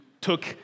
took